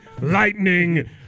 Lightning